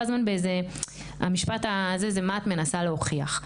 הזמן באיזה משפט של מה את מנסה להוכיח?